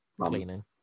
cleaning